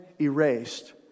erased